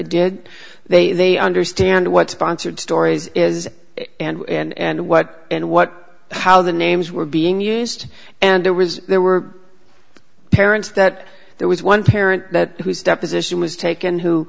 did they they understand what sponsored story is and what and what how the names were being used and there was there were parents that there was one parent whose deposition was taken who